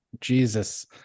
Jesus